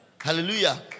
Hallelujah